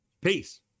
peace